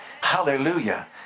Hallelujah